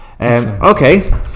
Okay